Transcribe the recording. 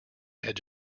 edge